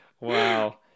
wow